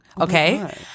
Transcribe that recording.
Okay